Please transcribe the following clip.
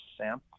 Sam